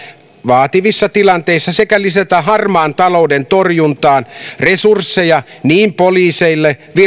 vaativissa tilanteissa sekä lisätä harmaan talouden torjuntaan resursseja niin poliisille